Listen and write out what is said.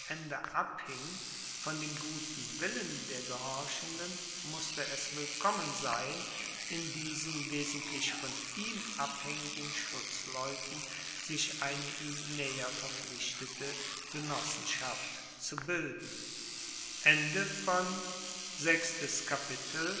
ende abhing von dem guten willen der gehorchenden musste es willkommen sein in diesen wesentlich von ihm abhaengigen schutzleuten sich eine ihm naeher verpflichtete genossenschaft zu bilden